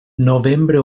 novembre